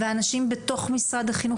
ואנשים בתוך משרד החינוך,